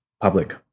public